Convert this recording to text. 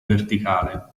verticale